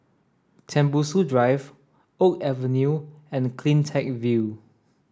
Tembusu Drive Oak Avenue and CleanTech View